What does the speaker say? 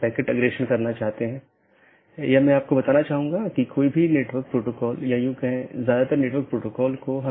BGP निर्भर करता है IGP पर जो कि एक साथी का पता लगाने के लिए आंतरिक गेटवे प्रोटोकॉल है